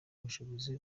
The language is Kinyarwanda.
ubushobozi